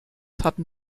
hatten